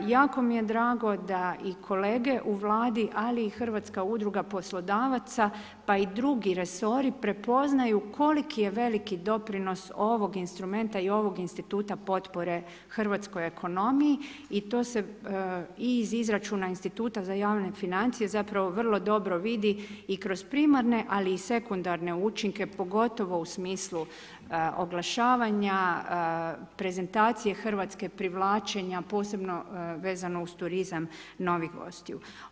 Jako mi je drago da i kolege u Vladi ali i HUP pa i drugi resori prepoznaju koliki je veliki doprinos ovog instrumenta i ovog instituta potpore hrvatskoj ekonomiji i to se i iz izračuna Instituta za javne financije zapravo vrlo dobro vidi i kroz primarne ali i sekundarne učinke pogotovo u smislu oglašavanja, prezentacije Hrvatske, privlačenja, posebno vezano uz turizam novih gostiju.